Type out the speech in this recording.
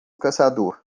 caçador